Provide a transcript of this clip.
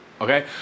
Okay